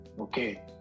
Okay